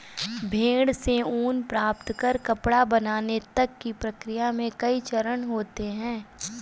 भेड़ से ऊन प्राप्त कर कपड़ा बनाने तक की प्रक्रिया में कई चरण होते हैं